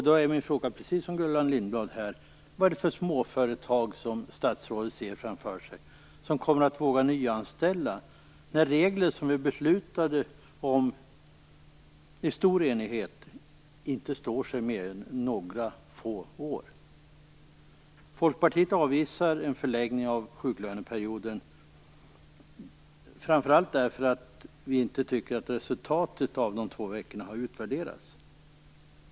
Då är min fråga densamma som Gullan Lindblads: Vad är det för småföretag som statsrådet ser framför sig som kommer att våga nyanställa när regler som det fattats beslut om i stor enighet inte står sig i mer än några få år? Vi i Folkpartiet avvisar en förlängning av sjuklöneperioden framför allt därför att vi inte tycker att resultatet av de två veckorna har utvärderats.